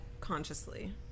consciously